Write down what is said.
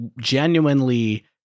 genuinely